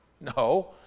No